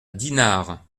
dinard